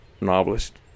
novelist